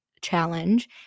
challenge